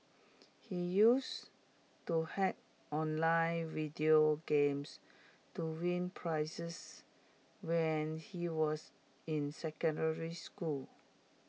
he used to hack online video games to win prizes when he was in secondary school